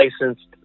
licensed